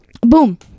boom